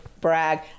brag